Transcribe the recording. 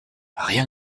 rien